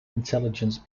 intelligence